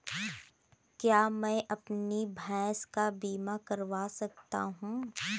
क्या मैं अपनी भैंस का बीमा करवा सकता हूँ?